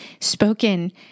spoken